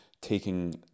taking